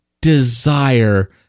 desire